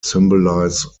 symbolize